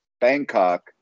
Bangkok